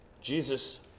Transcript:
Jesus